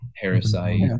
Parasite